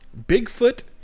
Bigfoot